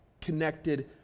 connected